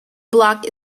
block